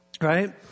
right